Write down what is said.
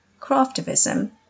Craftivism